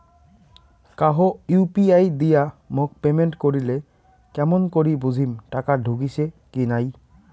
কাহো ইউ.পি.আই দিয়া মোক পেমেন্ট করিলে কেমন করি বুঝিম টাকা ঢুকিসে কি নাই?